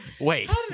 Wait